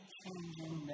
changing